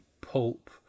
pulp